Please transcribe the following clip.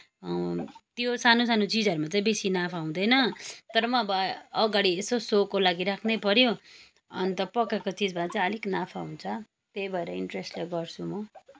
त्यो सानो सानो चिजहरूमा चाहिँ बेसी नाफा हुँदैन तर पनि अब अगाडि यसो सोको लागि राख्नैपर्यो अन्त पकाएको चिजमा चाहिँ अलिक नाफा हुन्छ त्यही भएर इन्ट्रेस्टले गर्छु म